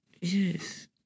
Yes